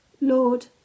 Lord